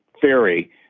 theory